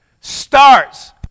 starts